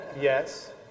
Yes